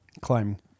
Climbing